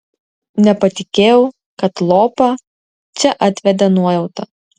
nepatikėjau kad lopą čia atvedė nuojauta